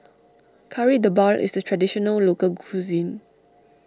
Kari Debal is a Traditional Local Cuisine